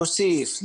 להוסיף,